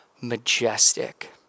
majestic